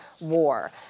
war